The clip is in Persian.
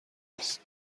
نیست